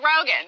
Rogen